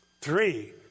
Three